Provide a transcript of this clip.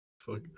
Fuck